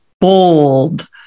bold